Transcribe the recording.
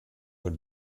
von